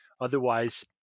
Otherwise